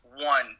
one